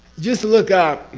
just look up,